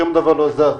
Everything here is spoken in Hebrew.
שום דבר לא זז.